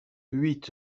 huit